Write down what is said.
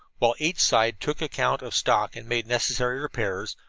while each side took account of stock and made necessary repairs,